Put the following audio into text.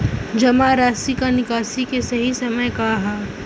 जमा राशि क निकासी के सही समय का ह?